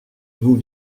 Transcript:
vous